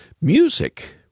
music